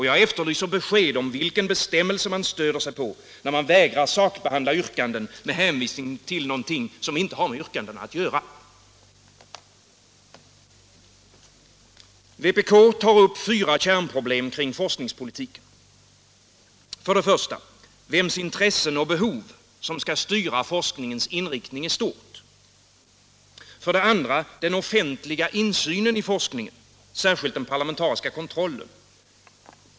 Jag efterlyser besked om vilken bestämmelse man stöder sig på när man vägrar sakbehandla yrkanden med hänvisning till något som inte har med yrkandena att göra. Vpk tar upp fyra kärnproblem i forskningspolitiken. För det första vems intressen och behov som skall styra forskningens inriktning i stort. För det andra den offentliga insynen i forskningen — särskilt den parlamentariska kontrollen.